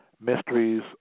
Mysteries